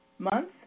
month